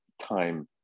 time